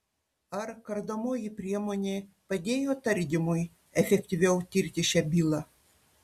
ar kardomoji priemonė padėjo tardymui efektyviau tirti šią bylą